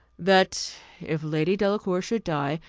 that if lady delacour should die,